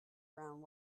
round